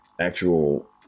actual